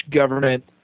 government